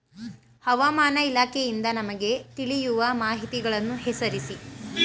ಹವಾಮಾನ ಇಲಾಖೆಯಿಂದ ನಮಗೆ ತಿಳಿಯುವ ಮಾಹಿತಿಗಳನ್ನು ಹೆಸರಿಸಿ?